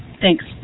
Thanks